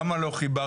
למה לא חיברתם?